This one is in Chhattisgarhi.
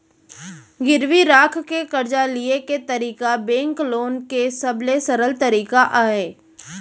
गिरवी राख के करजा लिये के तरीका बेंक लोन के सबले सरल तरीका अय